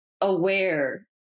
aware